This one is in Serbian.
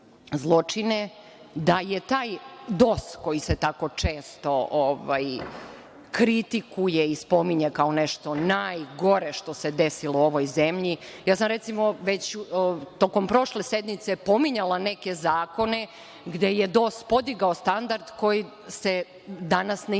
da je taj DOS, koji se tako često kritikuje i spominje kao nešto najgore što se desilo ovoj zemlji, ja sam, recimo, već tokom prošle sednice pominjala neke zakone gde je DOS podigao standarde koji se danas ne ispunjavaju.